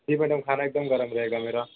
जी madam खाना एक दम गर्म रहेगा मेरा